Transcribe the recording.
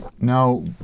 Now